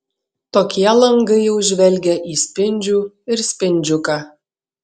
tokie langai jau žvelgia į spindžių ir spindžiuką